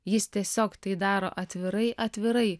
jis tiesiog tai daro atvirai atvirai